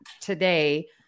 today